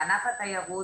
בענף התיירות